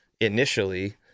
initially